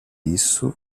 isso